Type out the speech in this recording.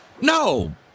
No